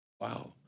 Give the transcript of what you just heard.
Wow